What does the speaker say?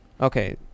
Okay